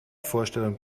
vorstellung